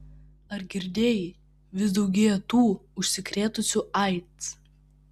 ar girdėjai vis daugėja tų užsikrėtusių aids